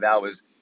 hours